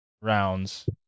rounds